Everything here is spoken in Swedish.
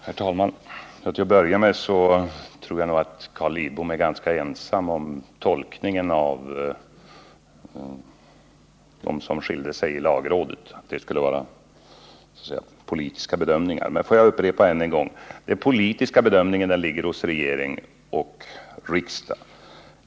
Herr talman! Till att börja med vill jag säga att jag tror att Carl Lidbom är ganska ensam om tolkningen att det skulle ligga politiska bedömningar bakom det förhållandet att lagrådets ledamöter hade skilda uppfattningar. Låt mig upprepa än en gång: De politiska bedömningarna ligger hos regering och riksdag.